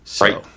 Right